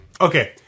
Okay